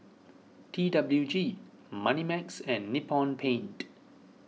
T W G Moneymax and Nippon Paint